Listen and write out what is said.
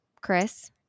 Chris